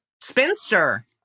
Spinster